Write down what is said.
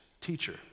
teacher